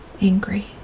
Angry